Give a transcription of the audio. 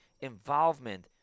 involvement